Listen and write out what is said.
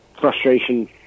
frustration